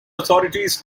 authorities